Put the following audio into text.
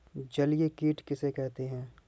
जलीय कीट किसे कहते हैं?